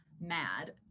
mad